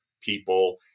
people